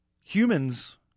humans